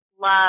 love